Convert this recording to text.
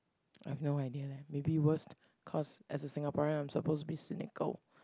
I have no idea leh maybe worst cause as a Singaporean I'm supposed to be cynical